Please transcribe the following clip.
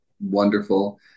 wonderful